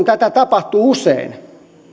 tätä tapahtuu usein